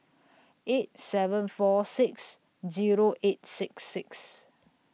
eight seven four six Zero eight six six